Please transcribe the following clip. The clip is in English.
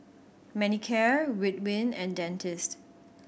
Manicare Ridwind and Dentiste